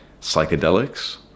psychedelics